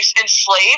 enslaved